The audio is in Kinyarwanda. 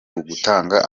ugutanga